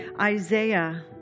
Isaiah